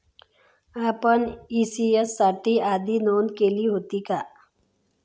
आपण इ.सी.एस साठी आधी नोंद केले होते का?